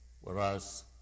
whereas